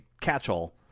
catch-all